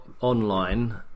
online